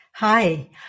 Hi